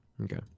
Okay